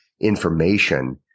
information